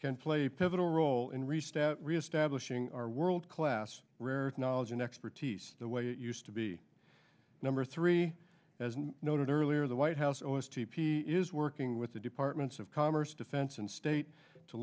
can play a pivotal role in restaff reestablishing our world class where knowledge and expertise the way it used to be number three as noted earlier the white house or s t p is working with the departments of commerce defense and state to